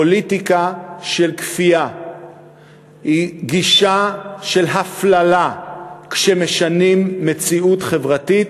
פוליטיקה של כפייה היא גישה של הפללה כשמשנים מציאות חברתית,